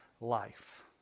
life